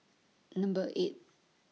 Number eight